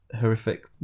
horrific